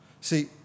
See